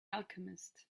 alchemist